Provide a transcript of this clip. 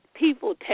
people